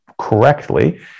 correctly